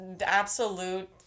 absolute